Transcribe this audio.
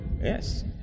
Yes